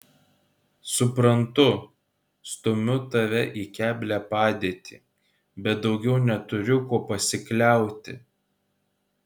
suprantu stumiu tave į keblią padėtį bet daugiau neturiu kuo pasikliauti